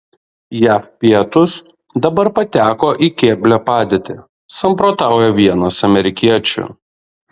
jav pietūs dabar pateko į keblią padėtį samprotauja vienas amerikiečių